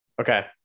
Okay